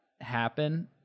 happen